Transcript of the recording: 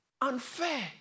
unfair